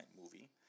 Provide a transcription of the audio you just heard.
movie